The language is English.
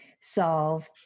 Solve